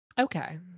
Okay